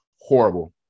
horrible